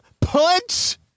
punch